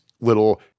little